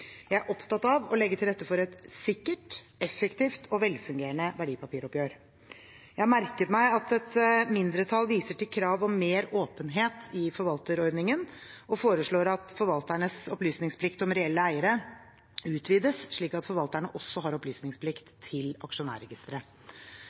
Jeg er opptatt av å legge til rette for et sikkert, effektivt og velfungerende verdipapiroppgjør. Jeg har merket meg at et mindretall viser til krav om mer åpenhet i forvalterordningen og foreslår at forvalternes opplysningsplikt om reelle eiere utvides, slik at forvalterne også har opplysningsplikt